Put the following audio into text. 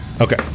Okay